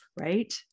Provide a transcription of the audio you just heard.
right